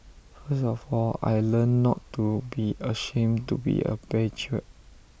first of all I learnt not to be ashamed to be A patriot